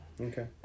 Okay